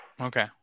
Okay